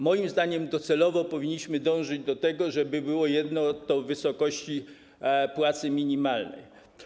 Moim zdaniem docelowo powinniśmy dążyć do tego, żeby było jedno, to w wysokości płacy minimalnej.